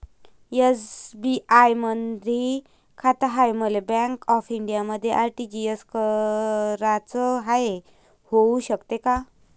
SBI मधी खाते हाय, मले बँक ऑफ इंडियामध्ये आर.टी.जी.एस कराच हाय, होऊ शकते का?